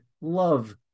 love